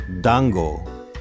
dango